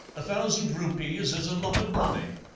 a thousand rupees is a lot of money.